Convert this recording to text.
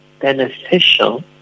beneficial